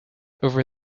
over